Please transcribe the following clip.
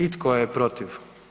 I tko je protiv?